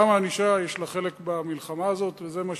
גם הענישה,